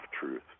truth